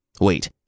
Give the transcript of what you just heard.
Wait